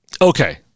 Okay